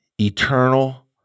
eternal